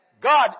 God